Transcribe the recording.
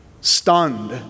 stunned